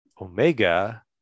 Omega